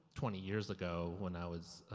twenty years ago, when i was,